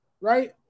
right